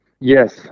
Yes